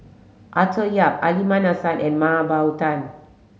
Arthur Yap Aliman Hassan and Mah Bow Tan